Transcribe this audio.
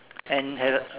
and has a